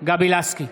בהצבעה גבי לסקי,